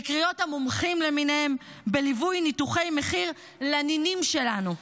וקריאות המומחים למיניהם בליווי ניתוחי מחיר לנינים שלנו,